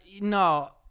no